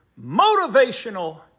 Motivational